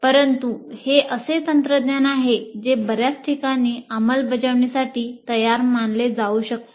परंतु हे असे तंत्रज्ञान आहे जे बर्याच ठिकाणी अंमलबजावणीसाठी तयार मानले जाऊ शकते